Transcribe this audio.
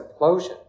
implosion